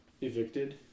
evicted